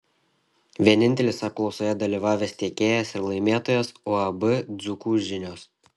vienintelis apklausoje dalyvavęs tiekėjas ir laimėtojas uab dzūkų žinios